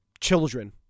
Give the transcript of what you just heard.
children